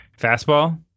Fastball